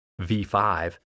V5